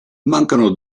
mancano